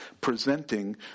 presenting